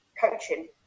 coaching